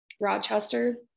Rochester